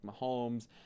Mahomes